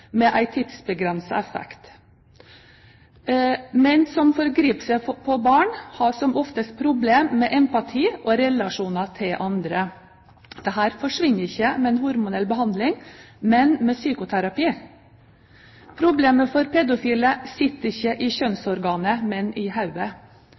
med en tidsbegrenset effekt. Menn som forgriper seg på barn, har som oftest problemer med empati og relasjoner til andre. Dette forsvinner ikke med en hormonell behandling, men med psykoterapi. Problemet for pedofile sitter ikke i